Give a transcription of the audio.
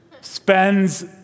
spends